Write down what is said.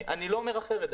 אני לא אומר אחרת.